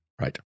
Right